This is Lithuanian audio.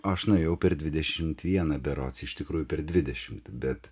aš nuėjau per dvidešimt vieną berods iš tikrųjų per dvidešimt bet